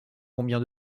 combien